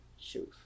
shoes